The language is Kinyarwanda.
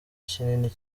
kinini